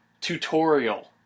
tutorial